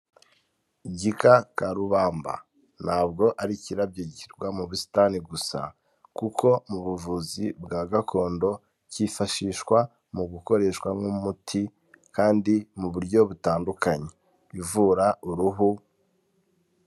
Igikakarubamba ntabwo ari kirabyo mu busitani gusa kuko mu buvuzi bwa gakondo kifashishwa mu gukoreshwa nk'umuti kandi mu buryo butandukanye ivura uruhu.